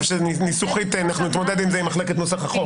חושב שניסוחית אנחנו נתמודד עם זה עם מחלקת נוסח החוק.